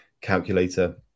calculator